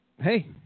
Hey